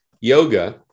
Yoga